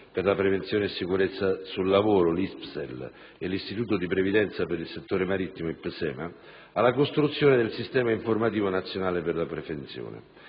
per la prevenzione e la sicurezza sul lavoro (ISPESL) e l'Istituto di previdenza per il settore marittimo (IPSEMA), alla costruzione del Sistema informativo nazionale per la prevenzione